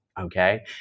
Okay